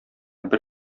бер